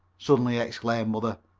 suddenly exclaimed mother.